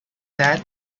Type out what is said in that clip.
that